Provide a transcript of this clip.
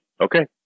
Okay